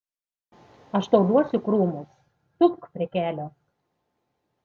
aš tau duosiu krūmus tūpk prie kelio